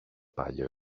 πάλι